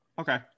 Okay